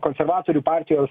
konservatorių partijos